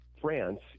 France